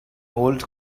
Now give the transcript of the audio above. old